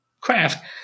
craft